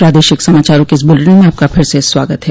प्रादेशिक समाचारों के इस बुलेटिन में आपका फिर से स्वागत है